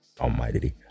almighty